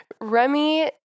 Remy